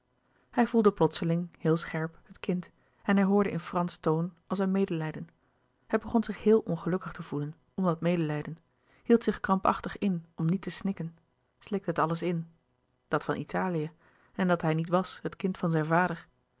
hij voelde plotseling heel scherp het kind en hij hoorde in frans toon als een medelijden hij begon zich heel ongelukkig te voelen om dat medelijden hield zich krampachtig in om niet te snikken slikte het alles in dat van italië en dat hij niet was het kind van zijn vader